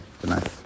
tonight